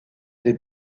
des